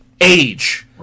age